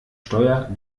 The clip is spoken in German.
steuer